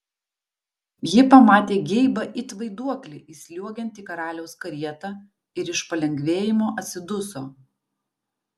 ji pamatė geibą it vaiduoklį įsliuogiant į karaliaus karietą ir iš palengvėjimo atsiduso